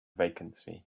vacancy